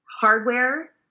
hardware